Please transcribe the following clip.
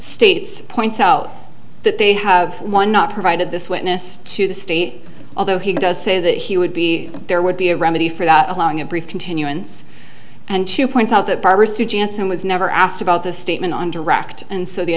states point out that they have one not provided this witness to the state although he does say that he would be there would be a remedy for that allowing a brief continuance and to point out that barbara sue janssen was never asked about the statement on direct and so the